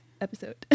episode